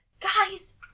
Guys